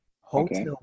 hotel